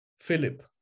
Philip